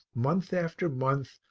month after month,